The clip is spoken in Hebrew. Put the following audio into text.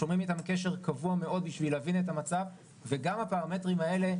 שומרים איתם על קשר קבוע מאוד בשביל להבין את המצב וגם הפרמטרים האלה,